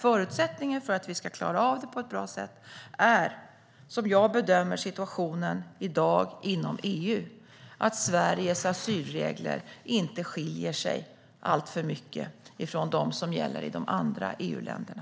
Förutsättningen för att vi ska klara etableringen på ett bra sätt är, som jag bedömer situationen i dag inom EU, att Sveriges asylregler inte skiljer sig alltför mycket från dem som gäller i de andra EU-länderna.